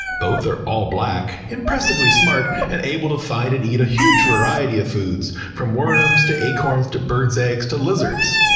both are all black, impressively smart, and able to find and eat a huge variety of foods from worms, to acorns, to bird's eggs, to lizards.